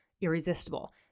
irresistible